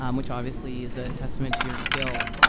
um which, obviously, is a testament to your skill.